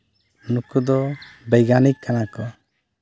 ᱩᱱᱠᱩ ᱫᱚ ᱵᱳᱭᱜᱟᱱᱤᱠ ᱠᱟᱱᱟ ᱠᱚ